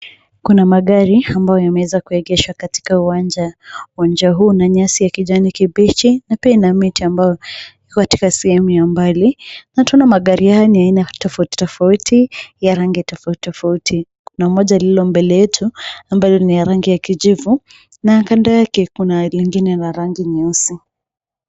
Kuna magari ambayo yameweza kuegeshwa katika uwanja , uwanja huu Una nyasi ya kijani kibichi na pia ina miti ambayo iko katika sehemu ya mbali na pia magari haya ni ya aina tofouti tofouti ya rangi tofouti tofouti na moja lilo mbele yetu ambayo ni ya rangi ya kijivu na kando Yake kuna lingine la rangi nyeusi.